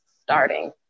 starting